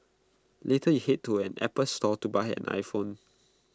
later you Head to an Apple store to buy an iPhone